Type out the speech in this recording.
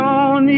on